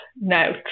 note